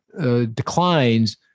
declines